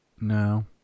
no